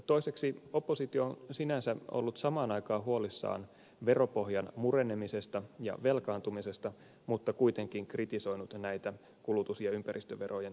toiseksi oppositio on sinänsä ollut samaan aikaan huolissaan veropohjan murenemisesta ja velkaantumisesta ja kuitenkin kritisoinut näitä kulutus ja ympäristöverojen korotuksia